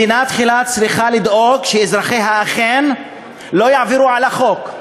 מדינה תחילה צריכה לדאוג שאזרחיה אכן לא יעברו על החוק,